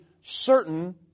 certain